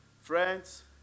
Friends